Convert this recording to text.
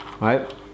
right